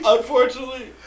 Unfortunately